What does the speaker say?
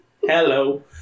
Hello